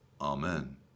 Amen